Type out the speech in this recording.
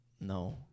no